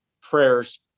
prayers